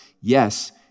Yes